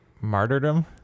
martyrdom